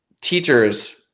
teachers